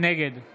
נגד